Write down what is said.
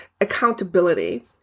accountability